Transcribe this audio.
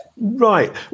Right